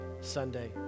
Sunday